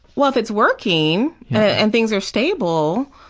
well, if it's working and things are stable,